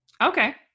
Okay